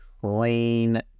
clean